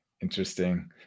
Interesting